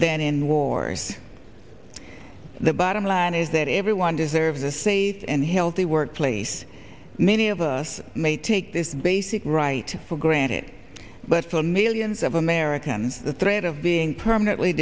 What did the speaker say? than in wars the bottom line is that everyone deserves a safe and healthy workplace many of us may take this basic right for granted but for millions of americans the threat of being permanently